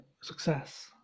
success